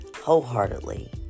wholeheartedly